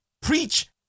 preach